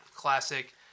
classic